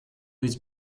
was